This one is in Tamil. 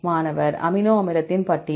மாணவர் அமினோ அமிலத்தின் பட்டியல்